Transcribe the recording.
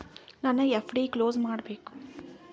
ನನ್ನ FD close ಮಾಡಬೇಕು